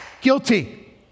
Guilty